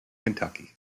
kentucky